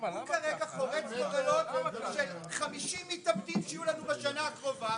הוא כרגע חורץ גורלות של 50 מתאבדים שיהיו לנו בשנה הקרובה.